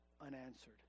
unanswered